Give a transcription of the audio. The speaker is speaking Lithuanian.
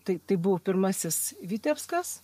tai tai buvo pirmasis vitebskas